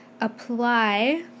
apply